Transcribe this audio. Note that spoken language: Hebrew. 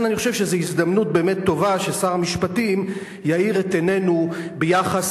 לכן אני חושב שזו הזדמנות באמת טובה ששר המשפטים יאיר את עינינו ביחס